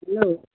hello